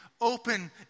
open